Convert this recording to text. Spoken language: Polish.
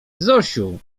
zosiu